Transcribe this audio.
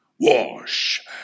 wash